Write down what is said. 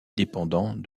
dépendant